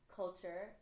culture